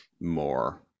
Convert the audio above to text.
more